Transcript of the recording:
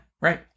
right